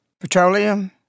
petroleum